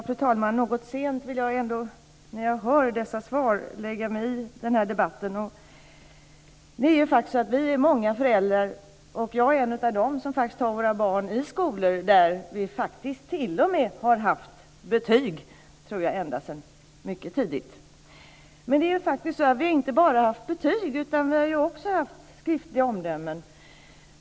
Fru talman! Något sent vill jag ändå, när jag hör dessa svar, lägga mig i debatten. Vi är faktiskt många föräldrar - och jag är en av dem - som har våra barn i skolor där vi t.o.m. har haft betyg ända sedan mycket tidigt. Men vi har inte bara haft betyg, utan vi har också haft skriftliga omdömen.